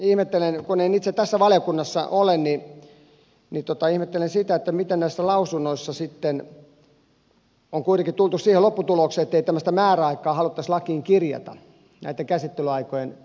kun en itse tässä valiokunnassa ole ihmettelen sitä miten näissä lausunnoissa sitten on kuitenkin tultu siihen lopputulokseen ettei tämmöistä määräaikaa haluttaisi lakiin kirjata näitten käsittelyaikojen pituuden suhteen